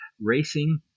racing